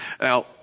Now